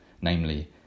namely